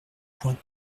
point